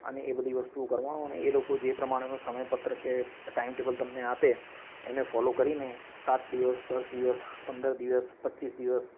અને એ બધી વસ્તુ કરવાનું અને એ લોકો જે પ્રમાણેનું સમયપત્રક કે ટાઇમટેબલ તમને આપે એને ફોલો કરીને સાત દિવસ દસ દિવસ પંદર દિવસ પચ્ચીસ દિવસ